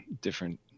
different